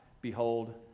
behold